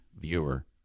viewer